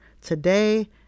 Today